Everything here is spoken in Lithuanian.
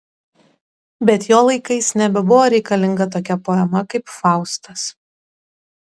bet jo laikais nebebuvo reikalinga tokia poema kaip faustas